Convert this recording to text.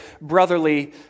brotherly